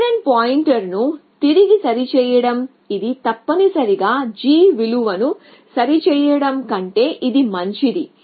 parent పాయింటర్ను తిరిగి సరిచేయడం ఇది తప్పనిసరిగా g విలువను సరిచేయడం కంటే ఇది మంచిది